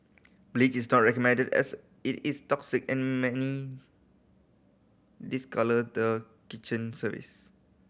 bleach is not recommended as it is toxic and many discolour the kitchen surface